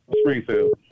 Springfield